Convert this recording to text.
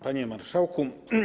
Panie Marszałku!